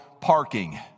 parking